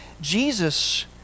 Jesus